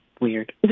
weird